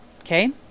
Okay